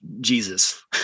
jesus